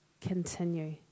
continue